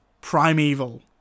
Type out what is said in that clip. Primeval